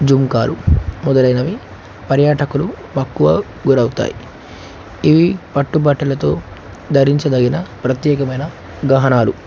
జుంకాలు మొదలైనవి పర్యాటకులు ఎక్కువ గురవుతాయి ఇవి పట్టుబట్టలతో ధరించతగిన ప్రత్యేకమైన గహనాలు